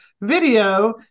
video